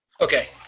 Okay